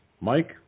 Mike